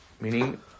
meaning